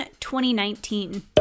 2019